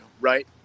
right